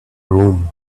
room